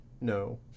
No